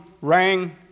rang